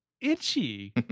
itchy